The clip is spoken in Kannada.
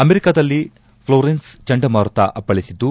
ಅಮೆರಿಕದಲ್ಲಿ ಪ್ಲೊರೆನ್ಸ್ ಚಂಡಮಾರುತ ಅಪ್ಪಳಿಸಿದ್ದು